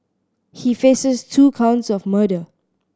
he faces two counts of murder